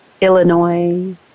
Illinois